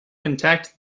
contact